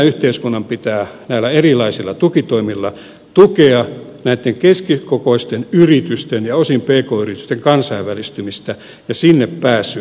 yhteiskunnan pitää näillä erilaisilla tukitoimilla tukea näitten keskikokoisten yritysten ja osin pk yritysten kansainvälistymistä ja niille markkinoille pääsyä